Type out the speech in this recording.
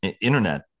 internet